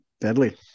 Deadly